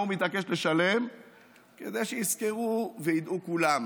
כדי שיזכרו וידעו כולם